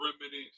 remedies